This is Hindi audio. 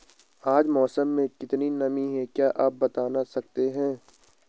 आज मौसम में कितनी नमी है क्या आप बताना सकते हैं?